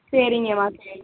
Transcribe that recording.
சரிங்கமா சரி